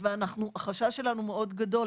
החשש שלנו מאוד גדול.